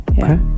Okay